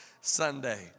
Sunday